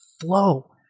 flow